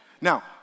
Now